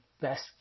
best